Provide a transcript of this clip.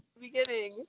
beginning